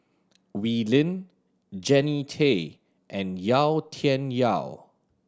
Wee Lin Jannie Tay and Yau Tian Yau